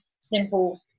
simple